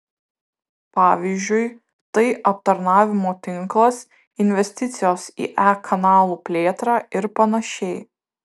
pavyzdžiui tai aptarnavimo tinklas investicijos į e kanalų plėtrą ir panašiai